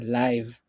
live